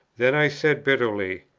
then i said, bitterly,